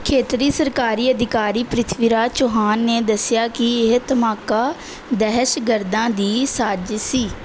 ਖੇਤਰੀ ਸਰਕਾਰੀ ਅਧਿਕਾਰੀ ਪ੍ਰਿਥਵੀਰਾਜ ਚੌਹਾਨ ਨੇ ਦੱਸਿਆ ਕਿ ਇਹ ਧਮਾਕਾ ਦਹਿਸ਼ਤਗਰਦਾਂ ਦੀ ਸਾਜ਼ਿਸ਼ ਸੀ